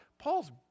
Paul's